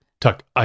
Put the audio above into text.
Tuck